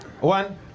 One